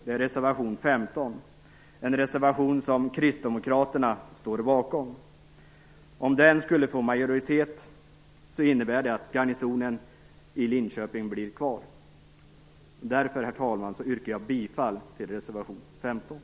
Det är reservation 15, en reservation som kristdemokraterna står bakom. Om den skulle få majoritet innebär det att garnisonen i Linköping blir kvar. Jag yrkar bifall till reservation 15.